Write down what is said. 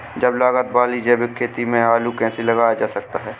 कम लागत वाली जैविक खेती में आलू कैसे लगाया जा सकता है?